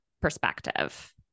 perspective